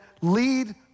lead